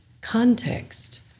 context